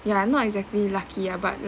ya not exactly lucky ah but